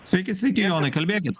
sveiki sveiki jonai kalbėkit